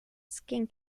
skin